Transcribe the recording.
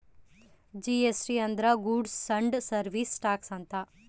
GST ಅಂದ್ರ goods and service tax ಅಂತ